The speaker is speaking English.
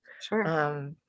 sure